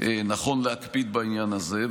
נכון להקפיד בעניין הזה.